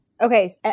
Okay